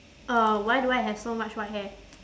uh why do I have so much white hair